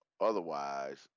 Otherwise